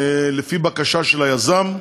לפי בקשה של היזם,